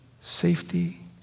safety